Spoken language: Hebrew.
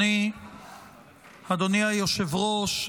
אדוני היושב-ראש,